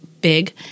big